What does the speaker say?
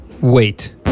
Wait